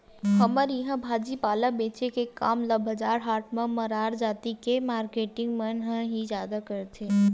हमर इहाँ भाजी पाला बेंचे के काम ल बजार हाट म मरार जाति के मारकेटिंग मन ह ही जादा करथे